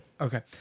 Okay